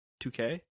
2K